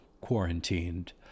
quarantined